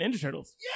Turtles